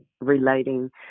relating